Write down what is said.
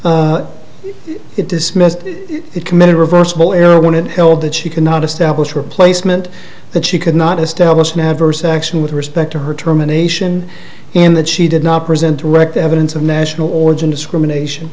it dismissed it committed reversible error when it held that she cannot establish replacement that she could not establish an adverse action with respect to her terminations in that she did not present direct evidence of national origin discrimination